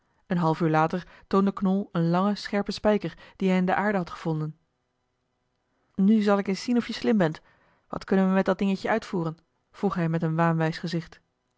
een half uur later toonde knol een langen scherpen spijker dien hij in de aarde had gevonden nu zal ik eens zien of je slim bent wat kunnen we met dat dingetje uitvoeren vroeg hij met een waanwijs gezicht